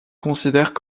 considèrent